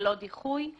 ללא דיחוי,